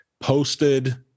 posted